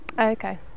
Okay